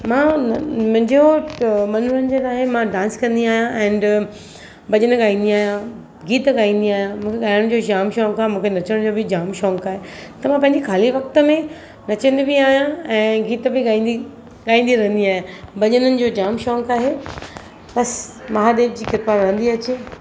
मां मुंहिंजो मनोरंजन आहे मां डांस कंदी आहियां एंड भॼन ॻाईंदी आहियां गीत ॻाईंदी आहियां मूंखे ॻाइणु जो जामु शौंक़ु आहे मूंखे नचण जो बि जामु शौंक़ु आहे त मां पंहिंजे ख़ाली वक़्त में नचंदी बि आहियां ऐं गीत बि ॻाईंदी ॻाईंदी रहींदी आहियां भॼननि जो जामु शौंक़ु आहे बस महादेव जी कृपा रहंदी अचे